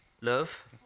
Love